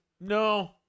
no